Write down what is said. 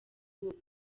ubukwe